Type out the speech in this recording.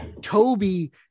Toby